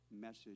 message